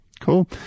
Cool